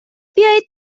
بیایید